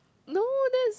no that's